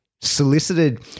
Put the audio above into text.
solicited